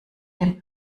dem